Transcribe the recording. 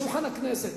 לשולחן הכנסת.